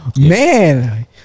Man